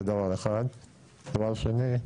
דבר שני,